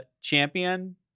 champion